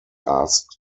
asked